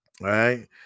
Right